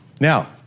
Now